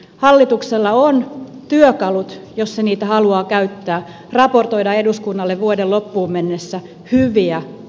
hallituksella on työkalut jos se niitä haluaa käyttää raportoida eduskunnalle vuoden loppuun mennessä hyviä